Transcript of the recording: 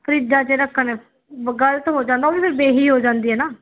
ਫਰਿੱਜਾਂ 'ਚ ਰੱਖਣ ਬ ਗਲਤ ਹੋ ਜਾਂਦਾ ਉਹ ਹੀ ਫਿਰ ਬੇਹੀ ਹੋ ਜਾਂਦੀ ਹੈ ਨਾ